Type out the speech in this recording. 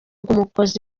bw’umukozi